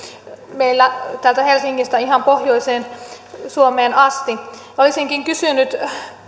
meillä täältä helsingistä ihan pohjoiseen suomeen asti olisinkin kysynyt